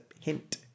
hint